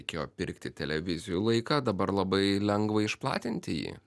reikėjo pirkti televizijų laiką dabar labai lengva išplatinti jį